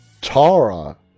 Tara